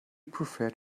preferred